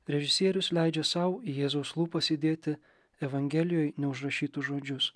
režisierius leidžia sau į jėzaus lūpas įdėti evangelijoj neužrašytus žodžius